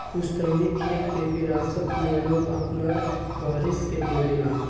पुस्तैनी खेत के विरासत मे लोग आपन वारिस के देवे ला